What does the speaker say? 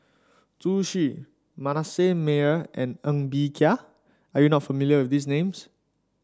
Zhu Xu Manasseh Meyer and Ng Bee Kia are you not familiar with these names